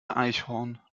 eichhorn